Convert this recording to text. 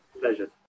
Pleasure